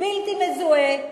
בלתי מזוהה,